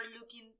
looking